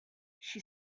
she